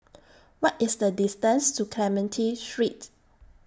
What IS The distance to Clementi Street